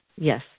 yes